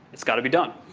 it's got to be done.